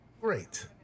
Great